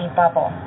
bubble